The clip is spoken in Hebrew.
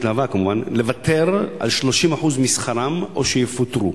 להב"ה לוותר על 30% משכרם או שיפוטרו.